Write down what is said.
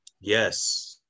Yes